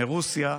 מרוסיה.